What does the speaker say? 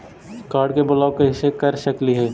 Card के block कैसे कर सकली हे?